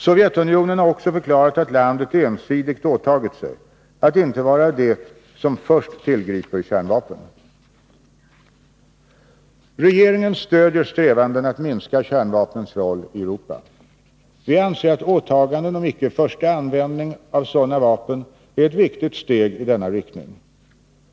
Sovjetunionen har också förklarat att landet ensidigt åtagit sig att inte vara det som först tillgriper kärnvapen. Regeringen stödjer strävanden att minska kärnvapnens roll i Europa. Vi anser att åtaganden om icke-första-användning av sådana vapen är ett viktigt steg i denna riktning.